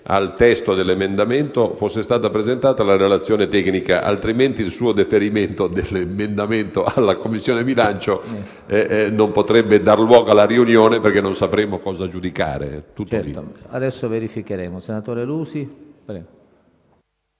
al testo dell'emendamento sia stata presentata la relazione tecnica. Altrimenti, il deferimento dell'emendamento alla Commissione bilancio da lei disposto non potrebbe dar luogo alla riunione, perché non sapremmo cosa giudicare.